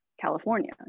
California